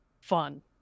fun